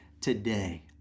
today